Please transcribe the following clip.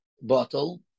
bottle